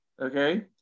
okay